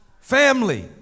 family